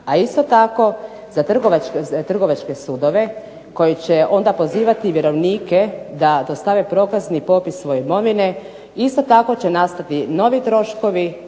a isto tako za Trgovačke sudove koji će onda pozivati vjerovnike da dostave prokazni popis svoje imovine. Isto tako će nastati novi troškovi